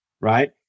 right